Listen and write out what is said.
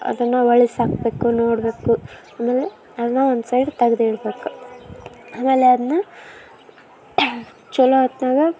ಅದನ್ನು ಹೊಳ್ಸಾಕ್ಬೇಕು ನೋಡಬೇಕು ಆಮೇಲೆ ಅದನ್ನ ಒಂದು ಸೈಡ್ ತೆಗ್ದಿಡ್ಬೇಕು ಆಮೇಲೆ ಅದನ್ನ ಚೊಲೋ ಹೊತ್ನಾಗ